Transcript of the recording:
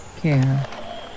care